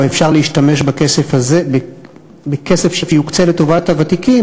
שאפשר להשתמש בכסף שיוקצה לטובת הוותיקים,